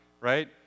right